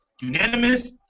unanimous